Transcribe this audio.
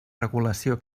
regulació